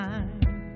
time